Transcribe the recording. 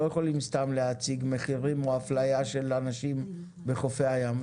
לא יכולים סתם להציג מחירים או אפליה של אנשים בחופי הים.